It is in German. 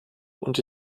und